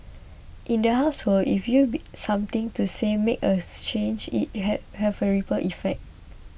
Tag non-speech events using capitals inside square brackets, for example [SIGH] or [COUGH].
in the household if you be something to say make a [NOISE] change it had have a ripple effect